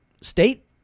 State